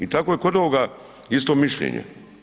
I tako je kod ovoga isto mišljenje.